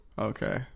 Okay